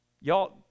Y'all